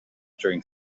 during